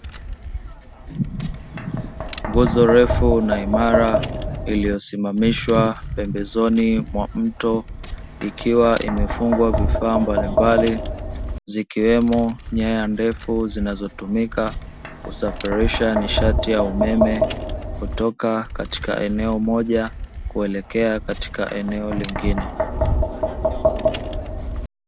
Nguzo ndefu na imara iliyosimamishwa pembezoni mwa mto, ikiwa imefungwa vifaa mbalimbali zikiwemo nyaya ndefu zinazotumika kusafirisha nishati ya umeme kutoka katika eneo moja kuelekea katika eneo lingine.